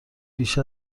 بیش